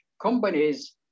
companies